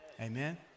Amen